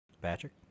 Patrick